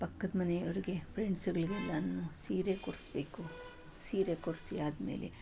ಪಕ್ಕದ್ಮನೆಯವರಿಗೆ ಫ್ರೆಂಡ್ಸುಗಳಿಗೆಲ್ಲನೂ ಸೀರೆ ಕೊಡಿಸ್ಬೇಕು ಸೀರೆ ಕೊಡಿಸಿಯಾದ್ಮೇಲೆ